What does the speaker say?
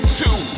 two